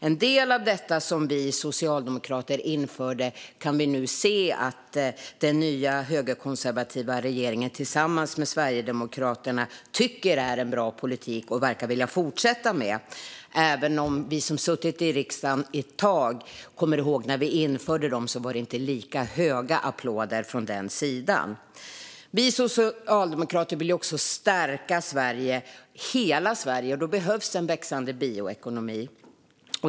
En del av detta som vi socialdemokrater införde kan vi nu se att den nya högerkonservativa regeringen tillsammans med Sverigedemokraterna tycker är en bra politik som de verkar vilja fortsätta med, även om vi som har suttit i riksdagen ett tag kommer ihåg att det inte var lika kraftiga applåder från den sidan när vi införde dessa åtgärder. Vi socialdemokrater vill stärka Sverige, hela Sverige, och då behövs en växande bioekonomi.